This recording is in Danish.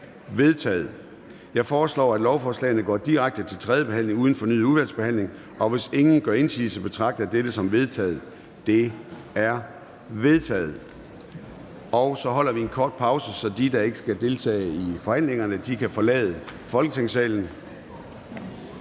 Jeg foreslår, at lovforslagene går direkte til tredje behandling uden fornyet udvalgsbehandling. Hvis ingen gør indsigelse, betragter jeg dette som vedtaget. Det er vedtaget. Så holder vi en kort pause, så dem, der ikke skal deltage i forhandlingerne, kan forlade Folketingssalen.